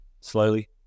slowly